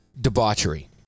Debauchery